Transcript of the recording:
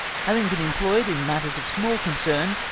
having been employ'd in matters of small concern,